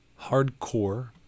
Hardcore